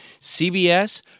CBS